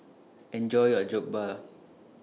Enjoy your Jokbal